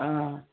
অঁ